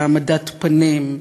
בהעמדת פנים,